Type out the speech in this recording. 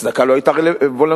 והצדקה לא היתה וולונטרית.